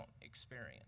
experience